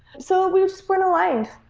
so we just weren't aligned.